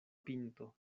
pinto